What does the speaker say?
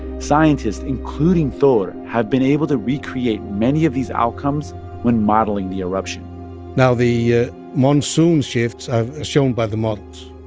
scientists, including thor, have been able to recreate many of these outcomes when modeling the eruption now, the ah monsoon shifts are shown by the models,